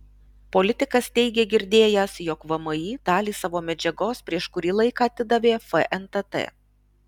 politikas teigė girdėjęs jog vmi dalį savo medžiagos prieš kurį laiką atidavė fntt